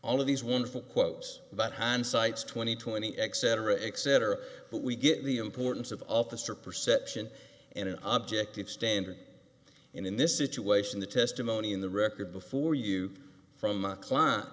all of these wonderful quotes but hindsight's twenty twentieth's cetera et cetera but we get the importance of officer perception and an objective standard in this situation the testimony in the record before you from a cli